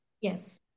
yes